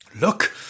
look